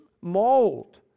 mold